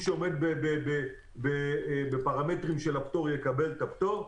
שעומד בפרמטרים של הפטור יקבל את הפטור.